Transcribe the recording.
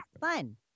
fun